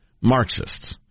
Marxists